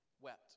wept